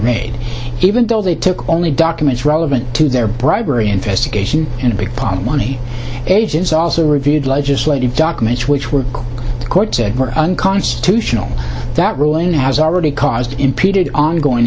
raid even though they took only documents relevant to their bribery investigation and a big pot of money agents also reviewed legislative documents which were unconstitutional that ruling has already caused impeded ongoing